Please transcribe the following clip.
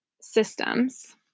systems